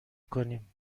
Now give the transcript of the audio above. کنیم